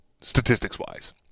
statistics-wise